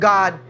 God